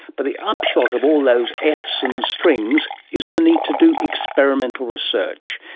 but the upshot of all those fs and strings is the need to do experimental research,